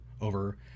over